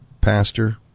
pastor